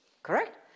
Correct